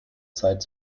zeit